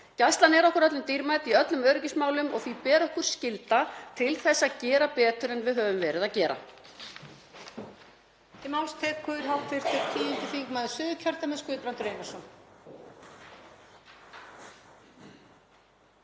Gæslan er okkur öllum dýrmæt í öllum öryggismálum og því ber okkur skylda til þess að gera betur en við höfum verið að gera.